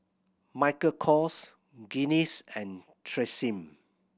Michael Kors Guinness and Tresemme